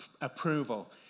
approval